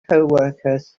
coworkers